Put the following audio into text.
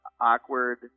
awkward